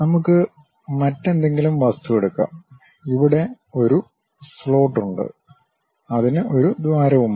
നമുക്ക് മറ്റെന്തെങ്കിലും വസ്തു എടുക്കാം ഇവിടെ ഒരു സ്ലോട്ട് ഉണ്ട് അതിന് ഒരു ദ്വാരവുമുണ്ട്